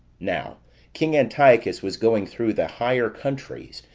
now king antiochus was going through the higher countries,